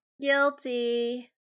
Guilty